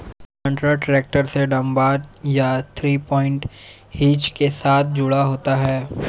planter tractor से drawbar या three point hitch के साथ जुड़ा होता है